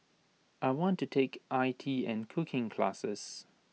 I want to take IT and cooking classes